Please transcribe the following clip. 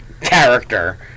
character